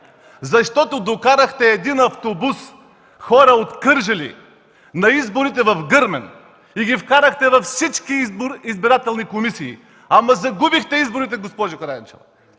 чепикът. Докарахте един автобус хора от Кърджали на изборите в Гърмен. Вкарахте ги във всички избирателни комисии, но загубихте изборите, госпожо Караянчева.